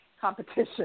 competition